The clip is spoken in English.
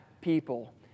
people